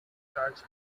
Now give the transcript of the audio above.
church